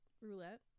roulette